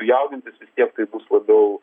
jaudintis vis tiek tai bus labiau